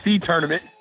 tournament